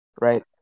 Right